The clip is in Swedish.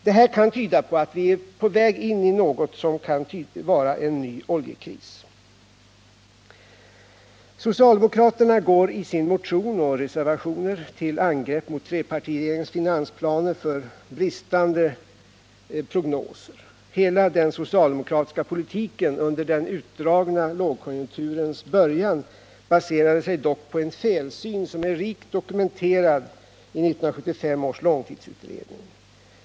Detta kan tyda på att vi är på väg in i något av en ny oljekris. Socialdemokraterna går i sin motion och i sin reservation till angrepp mot trepartiregeringens finansplaner, och anklagelserna gäller bristande prognoser. Hela den socialdemokratiska politiken under den utdragna lågkonjunkturens början baserade sig dock på en felsyn som är rikt dokumenterad i 1975 års långtidsutredning.